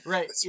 Right